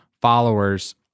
followers